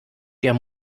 der